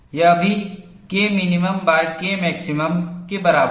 यह भी KminKmax के बराबर है